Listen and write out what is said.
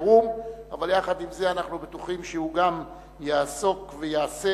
אבל עם זה אנחנו בטוחים שהוא גם יעסוק ויעשה